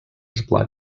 supply